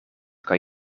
kan